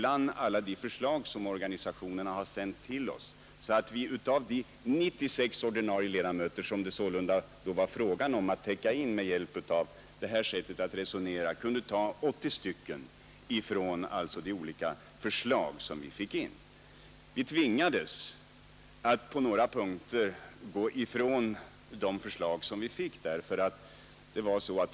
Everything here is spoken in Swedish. Av de 96 ordinarie ledamöter som det var fråga om att täcka in med hjälp av detta sätt att resonera kunde vi ta ett 80-tal från de olika förslag som organisationerna sänt till oss. På några punkter tvingades vi gå ifrån de förslag som vi fick.